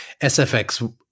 SFX